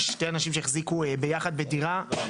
שני אנשים החזיקו יחד בדירה --- לא,